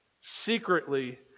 secretly